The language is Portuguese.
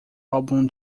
álbum